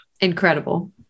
Incredible